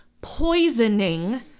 poisoning